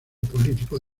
político